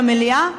למליאה,